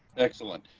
excellent.